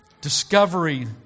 discovery